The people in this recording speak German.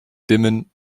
dimmen